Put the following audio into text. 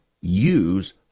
use